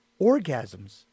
orgasms